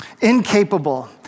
incapable